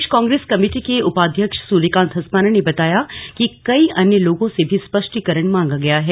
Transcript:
प्रदेश ॅ कांग्रेस कमेटी के उपाध्यक्ष सूर्यकान्त धस्माना ने बताया कि कई अन्य लोगों से भी स्पष्टीकरण मांगा गया है